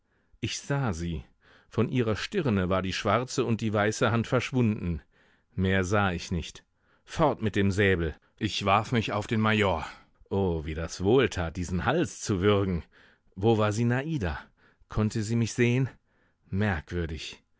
ich sah sie von ihrer stirne war die schwarze und die weiße hand verschwunden mehr sah ich nicht fort mit dem säbel ich warf mich auf den major o wie das wohltat diesen hals zu würgen wo war sinada konnte sie mich sehen merkwürdig